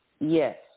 Yes